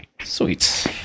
Sweet